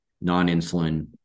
non-insulin